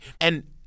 And-